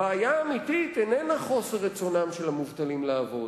הבעיה האמיתית אינה חוסר רצונם של המובטלים לעבוד.